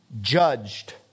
judged